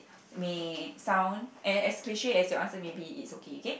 may sound and as cliche as your answer may be it's okay K